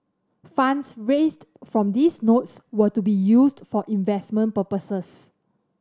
funds raised from these notes were to be used for investment purposes